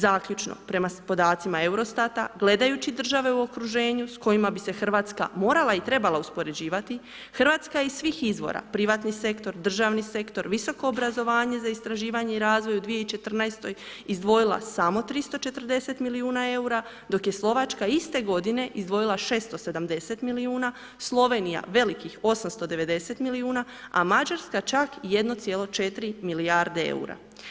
Zaključno, prema podacima EUROSTAT-a, gledajući države u okruženju s kojima bi se Hrvatska morala i trebala uspoređivati, Hrvatska iz svih izvora, privatni sektor, državni sektor, visoko obrazovanje za istraživanje i razvoj u 2014. izdvojila samo 340 milijuna eura dok je Slovačka iste godine izdvojila 670 milijuna, Slovenija velikih 890 milijuna a Mađarska čak 1,4 milijarde eura.